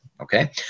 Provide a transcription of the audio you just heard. Okay